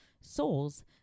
souls